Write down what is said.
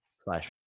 slash